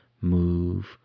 move